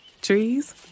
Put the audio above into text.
Trees